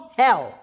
hell